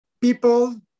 people